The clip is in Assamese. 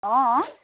অঁ